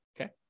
okay